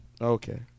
Okay